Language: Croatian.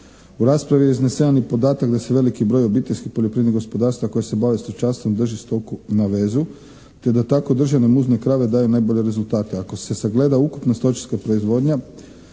U raspravi je iznesen i podatak da se veliki broj obiteljskih poljoprivrednih gospodarstva koja se bave stočarstvom drži stoku na vezu te da tako držane muzne krave daju najbolje rezultate. Ako se sagleda ukupna stočarska proizvodnja